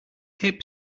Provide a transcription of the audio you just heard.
hip